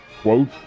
quote